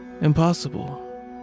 impossible